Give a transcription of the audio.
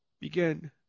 begin